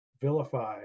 vilified